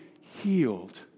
healed